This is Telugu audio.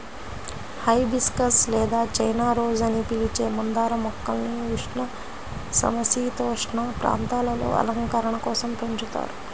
హైబిస్కస్ లేదా చైనా రోస్ అని పిలిచే మందార మొక్కల్ని ఉష్ణ, సమసీతోష్ణ ప్రాంతాలలో అలంకరణ కోసం పెంచుతారు